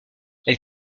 elle